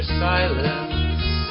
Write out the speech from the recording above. silence